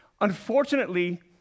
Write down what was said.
unfortunately